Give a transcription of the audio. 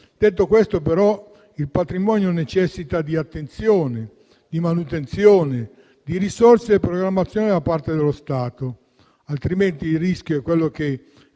Detto questo, però, il patrimonio necessita di attenzione, di manutenzione, di risorse e programmazione da parte dello Stato, altrimenti il rischio è quello a